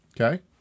Okay